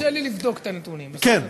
תרשה לי לבדוק את הנתונים, בסדר?